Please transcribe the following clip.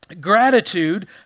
gratitude